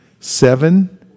Seven